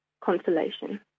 consolation